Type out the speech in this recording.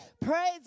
Praise